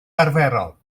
arferol